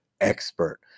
expert